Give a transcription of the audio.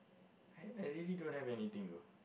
I I really don't have anything though